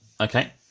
okay